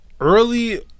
early